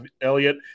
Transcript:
Elliott